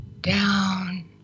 down